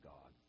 God